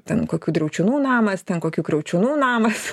ten kokių driaučiūnų namas ten kokių kriaučiūnų namas